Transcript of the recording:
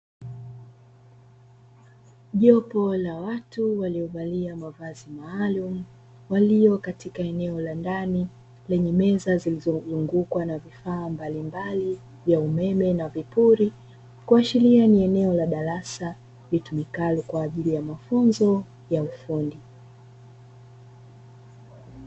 Jopo la watu waliovalia mavazi maalumu, walio katika eneo la ndani lenye meza zilizozungukwa na vifaa mbalimbali vya umeme na vipuri, kuashiria ni eneo la darasa, litumikalo kwa ajili ya mafunzo ya ufundi.